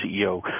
CEO